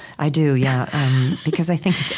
i do, yeah because i think